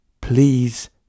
Please